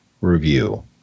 review